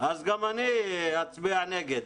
גם אני אצביע נגד.